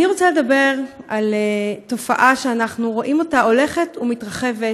אני רוצה לדבר על תופעה שאנחנו רואים אותה הולכת ומתרחבת,